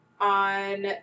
on